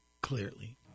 clearly